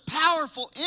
powerful